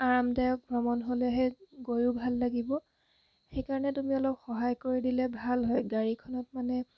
আৰামদায়ক ভ্ৰমণ হ'লেহে গৈও ভাল লাগিব সেইকাৰণে তুমি অলপ সহায় কৰি দিলে ভাল হয় গাড়ীখনত মানে